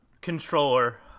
controller